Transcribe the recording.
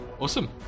awesome